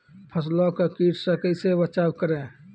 फसलों को कीट से कैसे बचाव करें?